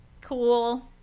cool